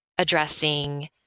addressing